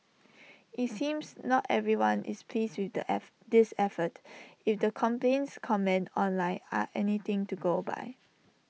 IT seems not everyone is pleased with the F this effort if the complaints comments online are anything to go by